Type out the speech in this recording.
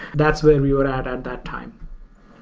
that's where we were at at that time.